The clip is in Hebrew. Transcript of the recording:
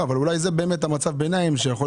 אבל אולי זה באמת מצב הביניים שיכול